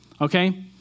Okay